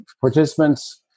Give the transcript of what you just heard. participants